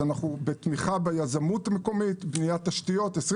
זה לתמיכה ביזמות המקומית, בניית תשתיות, כל